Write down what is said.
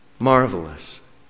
Marvelous